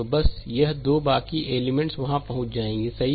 तो बस यह 2 बाकी एलिमेंट वहां पहुंच जाएंगे सही